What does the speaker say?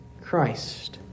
Christ